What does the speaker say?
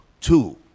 two